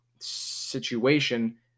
situation